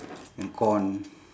and corn